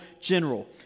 general